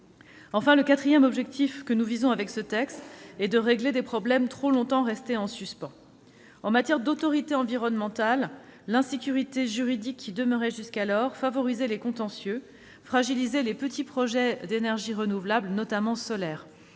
Enfin, le quatrième objectif est de régler des problèmes trop longtemps restés en suspens. En matière d'autorité environnementale, l'insécurité juridique qui demeurait jusqu'alors favorisait les contentieux et fragilisait les petits projets d'énergies renouvelables, notamment solaires.